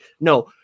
No